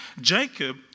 Jacob